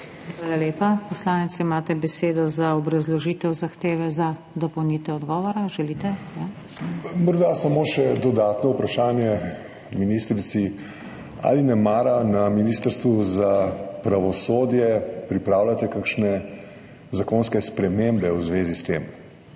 Hvala lepa. Poslanec, imate besedo za obrazložitev zahteve za dopolnitev odgovora. Želite? **JONAS ŽNIDARŠIČ (PS SD):** Morda samo še dodatno vprašanje ministrici: Ali nemara na Ministrstvu za pravosodje pripravljate kakšne zakonske spremembe v zvezi s tem?